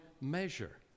measure